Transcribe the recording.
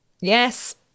Yes